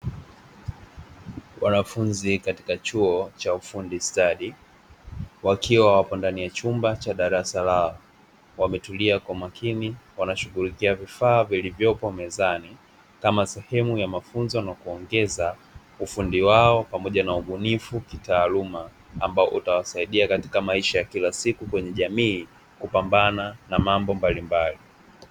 Wanafunzi katika chuo cha ufundi stadi wakiwa wapo ndani ya chumba cha darasa lao, wametulia kwa makini wanashughulikia vifaa vilivyopo mezani kama sehemu ya mafunzo na kuongeza ufundi wao pamoja na ubunifu kitaaluma, ambao utawasaidia katika maisha ya kila siku kwenye jamii kupambana na mambo mbalimbali.